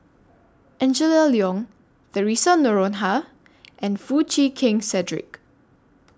Angela Liong Theresa Noronha and Foo Chee Keng Cedric